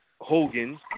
Hogan